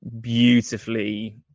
beautifully